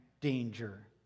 danger